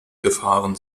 gefahren